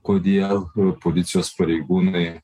kodėl policijos pareigūnai